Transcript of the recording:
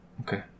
Okay